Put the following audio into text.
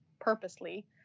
purposely